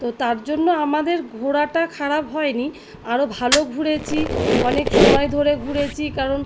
তো তার জন্য আমাদের ঘোরাটা খারাপ হয় নি আরো ভালো ঘুরেছি অনেক সময় ধরে ঘুরেছি কারণ